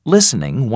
Listening